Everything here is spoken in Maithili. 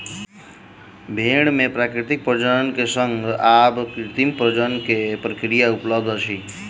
भेड़ मे प्राकृतिक प्रजनन के संग आब कृत्रिम प्रजनन के प्रक्रिया उपलब्ध अछि